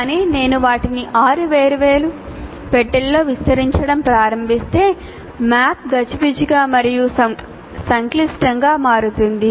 కానీ నేను వాటిని 6 వేర్వేరు పెట్టెలులొ విస్తరించడం ప్రారంభిస్తే మ్యాప్ గజిబిజిగా మరియు సంక్లిష్టంగా మారుతుంది